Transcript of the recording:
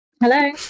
Hello